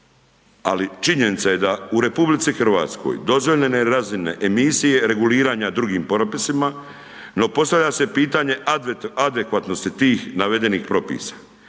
Ali činjenica je da u RH dozvoljene razine emisije reguliranja drugim propisima, no postavlja se pitanje adekvatnosti tih navedenih propisa